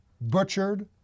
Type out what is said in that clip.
butchered